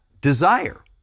desire